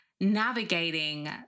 navigating